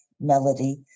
melody